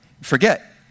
Forget